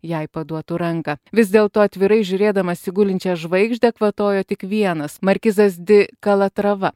jai paduotų ranką vis dėlto atvirai žiūrėdamas į gulinčiąją žvaigždę kvatojo tik vienas markizas d kalatrava